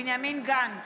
בנימין גנץ,